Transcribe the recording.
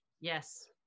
Yes